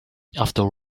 after